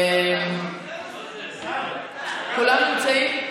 כולם נמצאים?